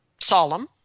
solemn